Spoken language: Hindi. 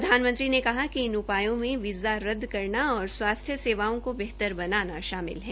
प्रधानमंत्री ने कहा कि इन उपायों मे वीज़ा रद्द करना और स्वास्थ्य सेवाओं को बेहतर बनाना शामिल है